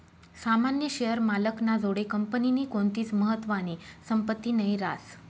सामान्य शेअर मालक ना जोडे कंपनीनी कोणतीच महत्वानी संपत्ती नही रास